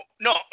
No